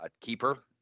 keeper